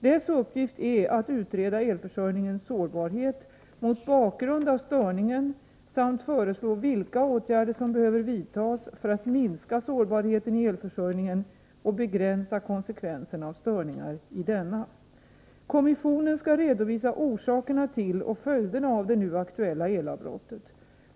Dess uppgift är att utreda elförsörjningens sårbarhet mot bakgrund av störningen samt föreslå vilka åtgärder som behöver vidtas för att minska sårbarheten i elförsörjningen och begränsa konsekvenserna av störningar i denna. Kommissionen skall redovisa orsakerna till och följderna av det nu aktuella elavbrottet.